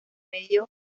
medio